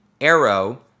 arrow